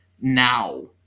now